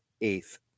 eighth